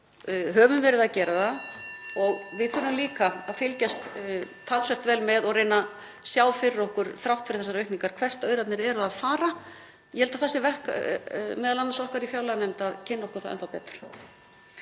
höfum verið að gera það og við þurfum líka að fylgjast talsvert vel með og reyna að sjá fyrir okkur þrátt fyrir þessar aukningar hvert aurarnir fara. Ég held að það sé m.a. okkar í fjárlaganefnd að kynna okkur það enn þá betur.